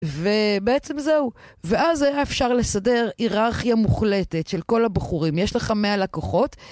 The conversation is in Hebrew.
ובעצם זהו, ואז אפשר לסדר היררכיה מוחלטת של כל הבחורים, יש לך 100 לקוחות.